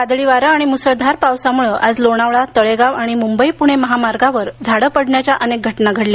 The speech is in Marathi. वादळी वारे आणि मुसळधार पावसामुळे आज लोणावळा तळेगाव आणि मुंबई पुणे महामार्गावर झाडं पडण्याच्या अनेक घटना घडल्या